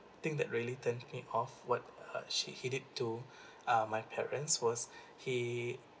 think that really turned me off what uh she he did to uh my parents was he